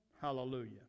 Hallelujah